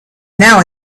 now